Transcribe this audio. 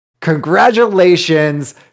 congratulations